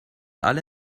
alle